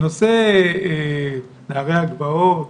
נושא נערי הגבעות